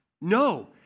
No